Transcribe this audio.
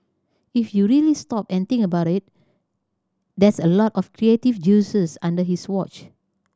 if you really stop and think about it that's a lot of creative juices under his watch